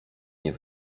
nie